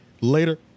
later